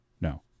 No